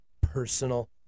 personal